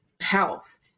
health